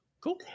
cool